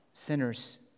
Sinners